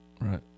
Right